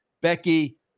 Becky